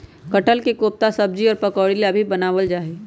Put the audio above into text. कटहल के कोफ्ता सब्जी और पकौड़ी भी बनावल जा हई